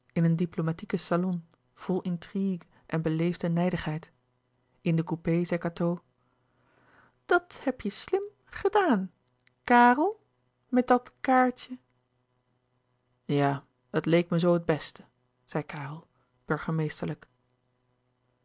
in een diplomatieken salon vol intrigue en beleefde nijdigheid in den coupé zei cateau dat heb je slim gedaan kàrel met dat kàartje ja het leek me zoo het beste zei karel